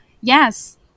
yes